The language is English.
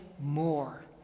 more